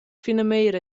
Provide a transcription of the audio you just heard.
finamira